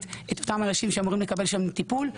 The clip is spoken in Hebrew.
את אותם האנשים שאמורים לקבל שם טיפול.